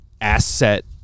asset